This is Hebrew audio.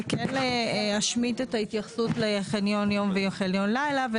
זה כן להשמיט את ההתייחסות לחניון יום וחניון לילה.